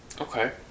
Okay